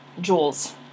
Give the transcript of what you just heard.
jewels